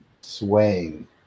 swaying